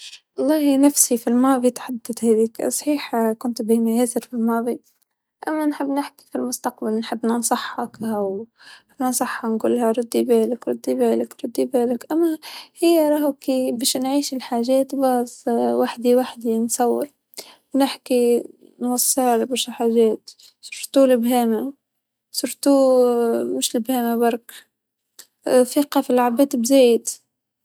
رح أختارإني أتحدث مع حالي بالمستقبل لإنه أجل شي أعرف إيش الغلطات اللي رح أرتكبها وأحاول أتجنبها لكن الماظي أنا الحمد لله راضية عنه وراضية تمام الرضا وحتي لو ما جدرت أتحدث مع-مع حالي بالمستقبل وأي شي صاريلي.